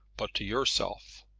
but to yourself.